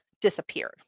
disappeared